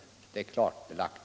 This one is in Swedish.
Det är klart belagt.